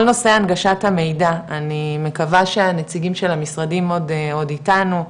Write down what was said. כל נושא הנגשת המידע אני מקווה שהנציגים של המשרדים עוד אתנו,